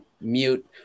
mute